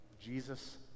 Jesus